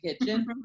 kitchen